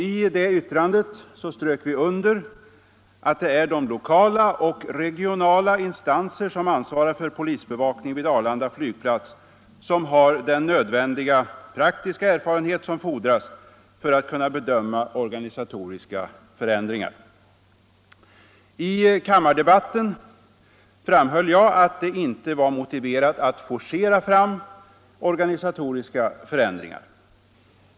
I det yttrandet strök vi under att det är de lokala och regionala instanser som ansvarar för polisbevakningen vid Arlanda flygplats som har den praktiska erfarenhet som fordras för att kunna bedöma organisatoriska förändringar. I kammardebatten framhöll jag att det inte var motiverat att forcera fram organisatoriska förändringar.